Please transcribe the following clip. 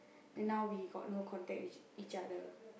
then now we got no contact with each other